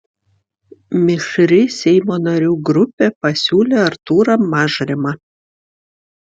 mišri seimo narių grupė pasiūlė artūrą mažrimą